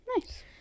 Nice